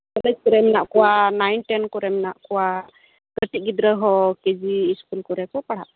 college ᱠᱚᱨᱮ ᱢᱮᱱᱟᱜ ᱠᱚᱣᱟ ᱱᱟᱭᱤᱱ ᱴᱮᱱ ᱠᱚᱨᱮ ᱢᱮᱱᱟᱜ ᱠᱚᱣᱟ ᱠᱟᱹᱴᱤᱡ ᱜᱤᱫᱽᱨᱟᱹ ᱦᱚᱸ ᱠᱤᱡᱤ ᱤᱥᱠᱩᱞ ᱠᱚᱨᱮ ᱠᱚ ᱯᱟᱲᱦᱟᱜ ᱠᱟᱱᱟ